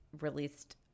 released –